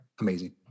amazing